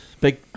Big